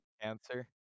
Answer